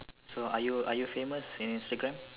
so are you are you famous in Instagram